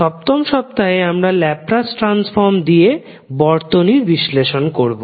সপ্তম সপ্তাহে আমরা ল্যাপলাস ট্রান্সফর্ম দিয়ে বর্তনীর বিশ্লেষণ করবো